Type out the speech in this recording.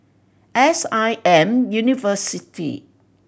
S I M University